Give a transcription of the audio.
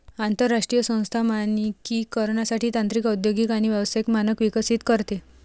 आंतरराष्ट्रीय संस्था मानकीकरणासाठी तांत्रिक औद्योगिक आणि व्यावसायिक मानक विकसित करते